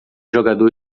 jogador